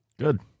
Good